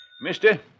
Mister